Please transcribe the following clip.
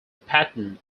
patent